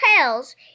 tails